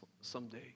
someday